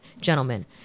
gentlemen